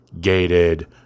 gated